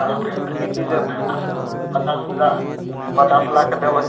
कहलिए कि जे पचास हजार पचास लाख देबै